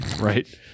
Right